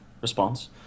response